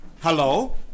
Hello